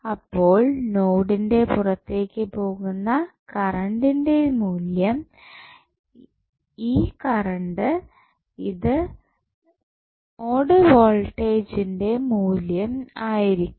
അപ്പോൾ ലോഡിൻറെ പുറത്തേക്ക് പോകുന്ന കറൻറ് ന്റെ മൂല്യം ഈ കറണ്ട് അത് നോഡ് വോൾട്ടേജ്ജിന്റെ മൂല്യം ആയിരിക്കും